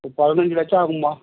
ஒரு பதினஞ்சு லட்சம் ஆகும்மா